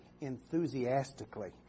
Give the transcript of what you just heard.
enthusiastically